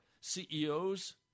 CEOs